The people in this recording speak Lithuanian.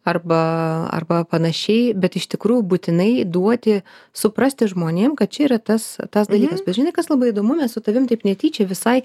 arba arba panašiai bet iš tikrųjų būtinai duoti suprasti žmonėm kad čia yra tas tas dalykas bet žinai kas labai įdomu mes su tavim taip netyčia visai